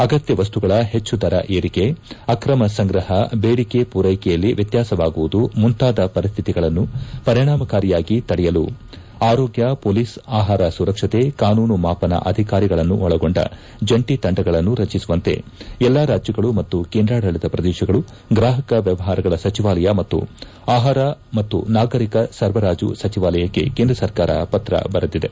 ಅಗತ್ಯ ವಸ್ತುಗಳ ದರ ಏರಿಕೆ ಆಕ್ರಮ ಸಂಗ್ರಹ ಬೇಡಿಕೆ ಪೂರೈಕೆಯಲ್ಲಿ ವ್ಯತ್ಯಾಸವಾಗುವುದು ಮುಂತಾದ ಪರಿಸ್ಮಿತಿಗಳನ್ನು ಪರಿಣಾಮಕಾರಿಯಾಗಿ ತಡೆಯಲು ಆರೋಗ್ಯ ಮೊಲೀಸ್ ಆಹಾರ ಸುರಕ್ಷತೆ ಕಾನೂನು ಮಾಪನ ಅಧಿಕಾರಿಗಳನ್ನೊಳಗೊಂಡ ಜಂಟಿ ತಂಡಗಳನ್ನು ರಚಿಸುವಂತೆ ಎಲ್ಲಾ ರಾಜ್ಯಗಳು ಮತ್ತು ಕೇಂದ್ರಾಡಳಿತ ಪ್ರದೇಶಗಳು ಗ್ರಾಹಕ ವ್ಯವಹಾರಗಳ ಸಚಿವಾಲಯ ಮತ್ತು ಆಹಾರ ಮತ್ತು ನಾಗರಿಕ ಸರಬರಾಜು ಸಚಿವಾಲಯಕ್ಕೆ ಕೇಂದ್ರ ಸರ್ಕಾರ ಪತ್ರ ಬರೆದಿದೆ